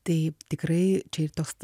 tai tikrai čia ir toks